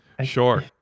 Sure